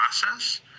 process